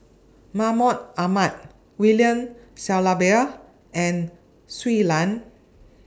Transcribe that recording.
Mahmud Ahmad William Shellabear and Shui Lan